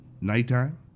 nighttime